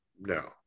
No